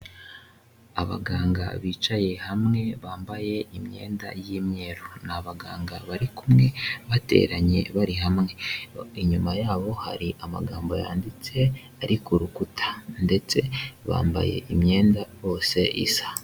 Abaganga bicaye hamwe bambaye imyenda y'imyeru, ni abaganga bari kumwe bateranye bari hamwe, inyuma yabo hari amagambo yanditse ari ku rukuta ndetse bambaye imyenda bose isa.